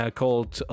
called